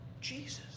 Jesus